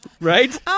Right